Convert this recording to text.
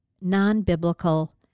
non-biblical